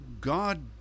God